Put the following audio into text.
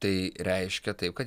tai reiškia taip kad